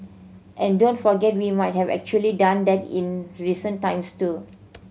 and don't forget we might have actually done that in recent times too